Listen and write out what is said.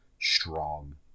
strong